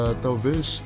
talvez